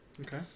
Okay